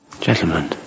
Gentlemen